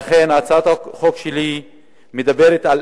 לכן הצעת החוק שלי מדברת על